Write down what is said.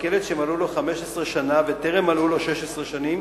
רק ילד שמלאו לו 15 שנים וטרם מלאו לו 16 שנים,